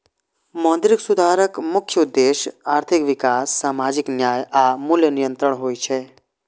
मौद्रिक सुधारक मुख्य उद्देश्य आर्थिक विकास, सामाजिक न्याय आ मूल्य नियंत्रण होइ छै